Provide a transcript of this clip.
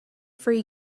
free